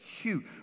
huge